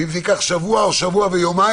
ואם זה ייקח שבוע או שבוע ויומיים,